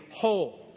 whole